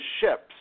ships